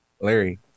Larry